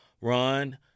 run